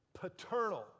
paternal